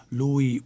lui